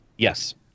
Yes